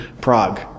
Prague